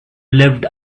lived